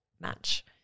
match